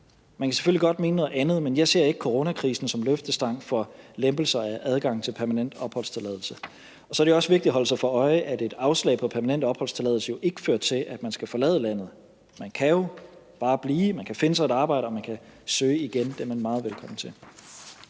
Man kan selvfølgelig godt mene noget andet, men jeg ser ikke coronakrisen som løftestang for lempelser af adgang til permanent opholdstilladelse. Og så er det også vigtigt at holde sig for øje, at et afslag på permanent opholdstilladelse ikke fører til, at man skal forlade landet. Man kan jo bare blive, man kan finde sig et arbejde, og man kan søge igen. Det er man meget velkommen til.